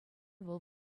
вӑл